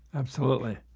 absolutely.